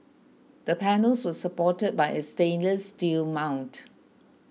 the panels were supported by a stainless steel mount